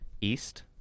East